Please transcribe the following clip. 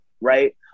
right